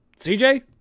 CJ